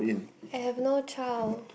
I have no child